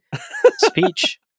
speech